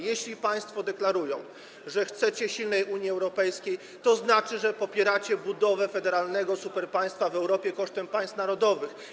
Jeśli państwo deklarujecie, że chcecie silnej Unii Europejskiej, to znaczy, że popieracie budowę federalnego superpaństwa w Europie kosztem państw narodowych.